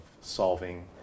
solving